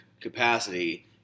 capacity